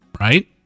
Right